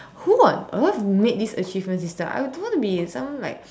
who on earth made this achievement system I don't want to be in some like